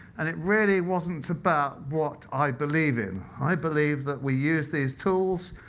and it really wasn't about what i believe in. i believe that we use these tools.